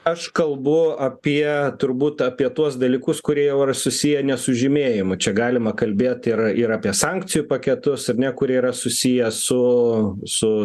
aš kalbu apie turbūt apie tuos dalykus kurie susiję ne su žymėjimu čia galima kalbėti ir ir apie sankcijų paketus ar ne kurie yra susiję su su